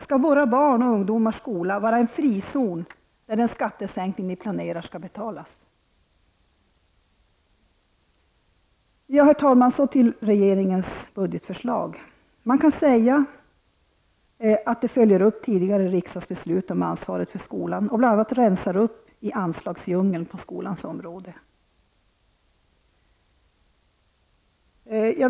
Skall våra barns och ungdomars skola alltså vara en frizon när den skattesänkning som ni planerar skall betalas? Herr talman! Så till regeringens budgetförslag. Man kan säga att det är en uppföljning av tidigare riksdagsbeslut om ansvaret för skolan. Bl.a. rensar man upp i anslagsdjungeln på skolans område.